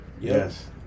Yes